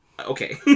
Okay